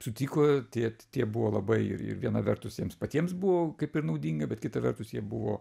sutiko tie tie buvo labai ir ir viena vertus jiems patiems buvo kaip ir naudinga bet kita vertus jie buvo